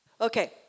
Okay